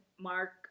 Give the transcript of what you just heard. Mark